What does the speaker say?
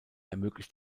ermöglicht